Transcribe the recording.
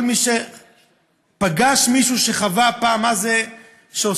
כל מי שפגש מישהו שחווה פעם מה זה שעושים